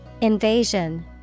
Invasion